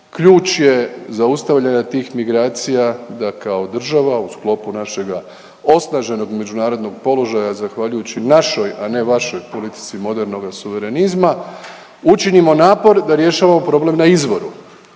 Ključ je zaustavljanja tih migracija da kao država u sklopu našega osnaženog međunarodnog položaja zahvaljujući našoj, a ne vašoj politici modernoga suverenizma učinimo napor da rješavamo problem na izvoru.